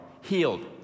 healed